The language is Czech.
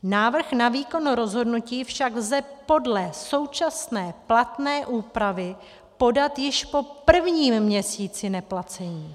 Návrh na výkon rozhodnutí však lze podle současné platné úpravy podat již po prvním měsíci neplacení.